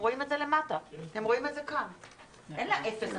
אין לה אפס הצעות.